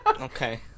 Okay